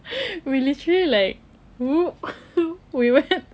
we literally like move wait what